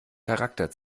charakter